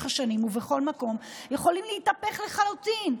השנים ובכל מקום יכולות להתהפך לחלוטין.